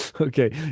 Okay